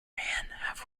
half